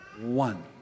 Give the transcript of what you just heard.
One